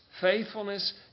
faithfulness